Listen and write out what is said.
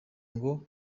ngo